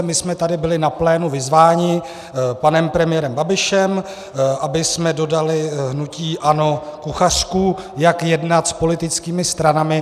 My jsme tady byli na plénu vyzváni panem premiérem Babišem, abychom dodali hnutí ANO kuchařku, jak jednat s politickými stranami.